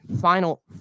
final